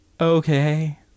okay